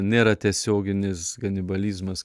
nėra tiesioginis kanibalizmas